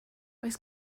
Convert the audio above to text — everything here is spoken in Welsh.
oes